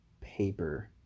paper